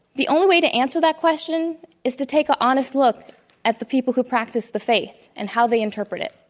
the only way to answer that question is to take an ah honest look at the people who practice the faith and how they interpret it.